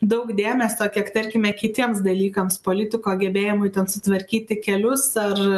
daug dėmesio kiek tarkime kitiems dalykams politiko gebėjimui ten sutvarkyti kelius ar